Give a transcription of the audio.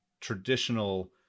traditional